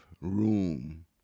room